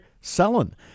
selling